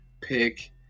pick